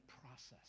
process